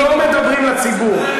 לא מדברים לציבור.